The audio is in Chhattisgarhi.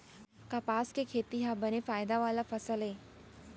कपसा के खेती ह बने फायदा वाला फसल आय